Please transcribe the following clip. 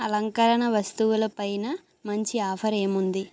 అలంకరణ వస్తువుల పైన మంచి ఆఫర్ ఏముంది